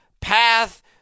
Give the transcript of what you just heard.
path